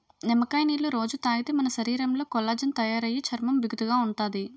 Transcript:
నిమ్మకాయ నీళ్ళు రొజూ తాగితే మన శరీరంలో కొల్లాజెన్ తయారయి చర్మం బిగుతుగా ఉంతాది